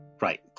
Right